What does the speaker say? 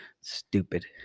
Stupid